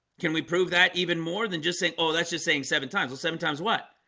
can we prove that even more than just saying? oh that's just saying seven times. well, seven times what?